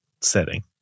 setting